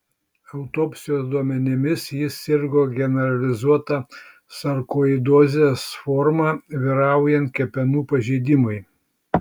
autopsijos duomenimis jis sirgo generalizuota sarkoidozės forma vyraujant kepenų pažeidimui